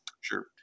Sure